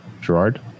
Gerard